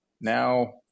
now